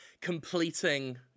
completing